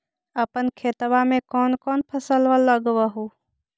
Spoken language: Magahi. अपन खेतबा मे कौन कौन फसल लगबा हू?